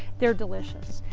they are delicious.